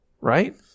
right